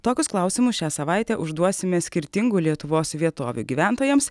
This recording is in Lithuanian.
tokius klausimus šią savaitę užduosime skirtingų lietuvos vietovių gyventojams